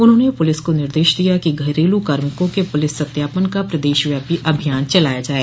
उन्होंने पुलिस को निर्देश दिया है कि घरेलू कार्मिकों के पुलिस सत्यापन का प्रदेश व्यापी अभियान चलाया जाये